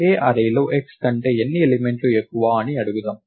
A అర్రేలో x కంటే ఎన్ని ఎలిమెంట్లు ఎక్కువ అని అడుగుదాం